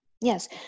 Yes